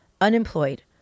unemployed